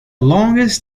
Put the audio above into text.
longest